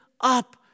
up